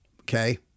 okay